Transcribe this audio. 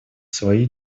свои